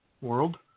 world